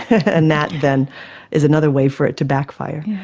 and that then is another way for it to backfire.